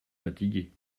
fatiguée